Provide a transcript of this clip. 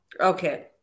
Okay